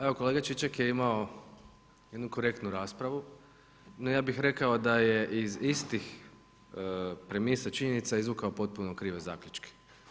Evo kolega Čičak je imao jednu korektnu raspravu, no ja bih rekao da je iz istih premisa i činjenica izvukao potpuno krive zaključke.